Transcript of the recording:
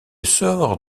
sort